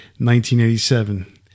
1987